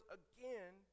again